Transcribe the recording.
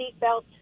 seatbelt